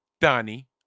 Donnie